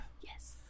Yes